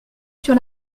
sur